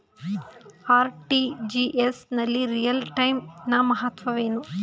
RTGS ನಲ್ಲಿ real time ನ ಮಹತ್ವವೇನು?